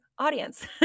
audience